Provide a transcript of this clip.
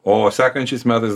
o sekančiais metais